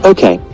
Okay